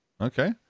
Okay